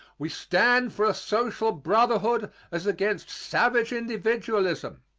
we stand for a social brotherhood as against savage individualism.